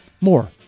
more